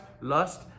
lust